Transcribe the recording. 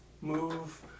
move